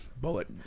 bullet